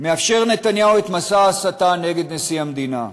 מאפשר נתניהו את מסע ההסתה נגד נשיא המדינה.